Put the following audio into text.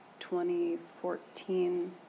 2014